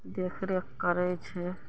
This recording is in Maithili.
देखरेख करै छै